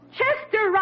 Chester